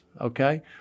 okay